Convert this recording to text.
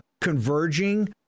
converging